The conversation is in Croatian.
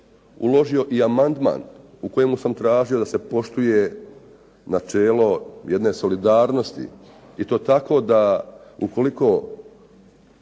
uložio i amandman u kojemu sam tražio da se poštuje načelo jedne solidarnosti i to tako da ukoliko